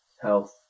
health